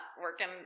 working